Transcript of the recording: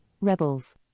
rebels